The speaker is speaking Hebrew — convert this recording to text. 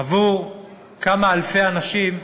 עבור כמה אלפי אנשים,